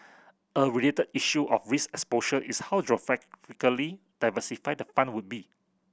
a related issue of risk exposure is how diversified the fund would be